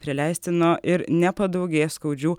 prie leistino ir nepadaugės skaudžių